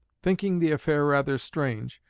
thinking the affair rather strange,